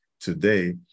today